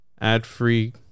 ad-free